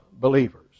Believers